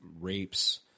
rapes